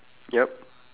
yup